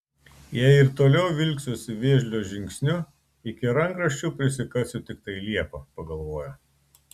jei ir toliau vilksiuosi vėžlio žingsniu iki rankraščių prisikasiu tiktai liepą pagalvojo